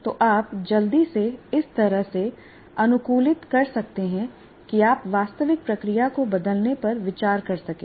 तो आप जल्दी से इस तरह से अनुकूलित कर सकते हैं कि आप वास्तविक प्रक्रिया को बदलने पर विचार कर सकें